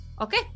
okay